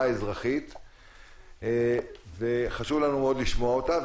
האזרחית וחשוב לנו מאוד לשמוע אותה.